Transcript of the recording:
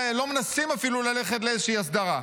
לא מנסים אפילו ללכת לאיזושהי הסדרה,